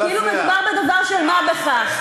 כאילו מדובר בדבר של מה בכך.